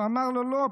הוא אמר לו: לא,